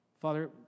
Father